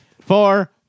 four